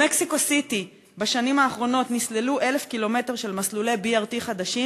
במקסיקו-סיטי בשנים האחרונות נסללו 1,000 קילומטר של מסלולי BRT חדשים,